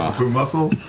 poo muscle?